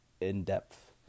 in-depth